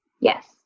Yes